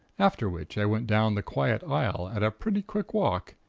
after which i went down the quiet aisle at a pretty quick walk,